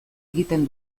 egiten